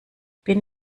bin